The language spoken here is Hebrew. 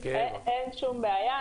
אין שום בעיה.